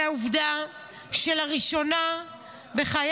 זה העובדה שלראשונה בחיי